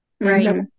Right